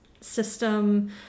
system